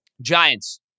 Giants